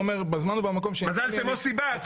מזל שמוסי בא,